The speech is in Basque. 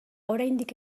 oraindik